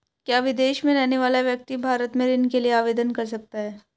क्या विदेश में रहने वाला व्यक्ति भारत में ऋण के लिए आवेदन कर सकता है?